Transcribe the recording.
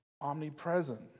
omnipresent